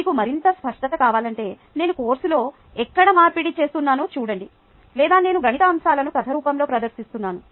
మీకు మరింత స్పష్టత కావాలంటే నేను కోర్సులో ఎక్కడ మార్పిడి చేస్తున్నానో చూడండి లేదా నేను గణిత అంశాలను కథ రూపంలో ప్రదర్శిస్తున్నాను